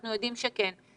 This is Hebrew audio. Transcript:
אנחנו יודעים שכן,